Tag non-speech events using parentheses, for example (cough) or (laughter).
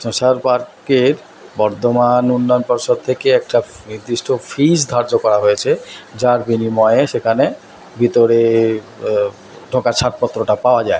(unintelligible) পার্কের বর্ধমান উন্নয়ন পর্ষদ থেকে একটা নির্দিষ্ট ফিজ ধার্য করা হয়েছে যার বিনিময়ে সেখানে ভিতরে ঢোকার ছাড়পত্রটা পাওয়া যায়